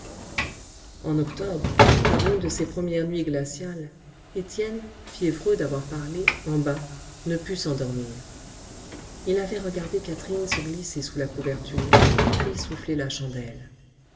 en octobre par une de ces premières nuits glaciales étienne fiévreux d'avoir parlé en bas ne put s'endormir il avait regardé catherine se glisser sous la couverture puis souffler la chandelle